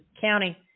County